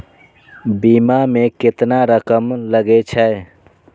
बीमा में केतना रकम लगे छै?